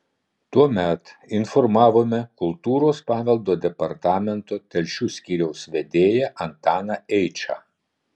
tuomet informavome kultūros paveldo departamento telšių skyriaus vedėją antaną eičą